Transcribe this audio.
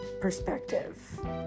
perspective